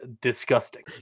disgusting